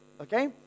Okay